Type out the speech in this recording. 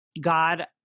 God